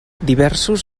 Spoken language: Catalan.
diversos